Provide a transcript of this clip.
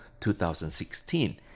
2016